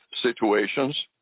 situations